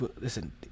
listen